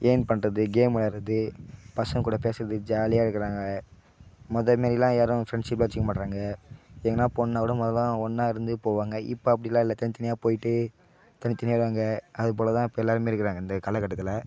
earn பண்ணுறது game விளையாடுகிறது பசங்க கூட பேசுகிறது ஜாலியாக இருக்கிறாங்க முத மாதிரிலாம் யாரும் ஃப்ரெண்ட்ஷிப்லாம் வச்சிக்க மாட்டுறாங்க எங்கேனாலும் போன கூட முதலாம் ஒன்னா இருந்து போவாங்க இப்போ அப்படிலாம் இல்லை தனித்தனியாக போயிட்டு தனித்தனியாக வராங்க அதுபோல் தான் இப்போ எல்லோருமே இருக்காங்க இந்த காலக்கட்டத்தில்